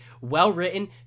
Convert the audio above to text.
well-written